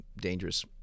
dangerous